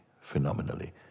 phenomenally